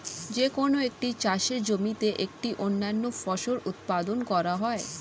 যে কোন একটি চাষের জমিতে একটি অনন্য ফসল উৎপাদন করা হয়